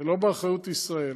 זה לא באחריות ישראל.